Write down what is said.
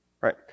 right